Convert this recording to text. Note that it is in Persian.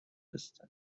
هستند